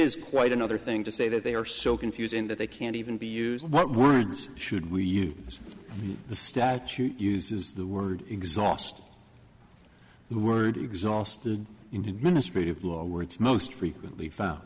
is quite another thing to say that they are so confusing that they can't even be used what words should we use the statute uses the word exhaust the word exhausted in ministry of law words most frequently found